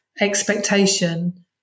expectation